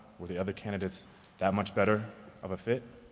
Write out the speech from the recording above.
were the other candidates that much better of a fit?